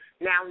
now